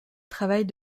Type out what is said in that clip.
travaillent